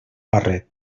barret